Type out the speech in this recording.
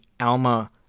Alma